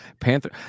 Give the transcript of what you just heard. Panther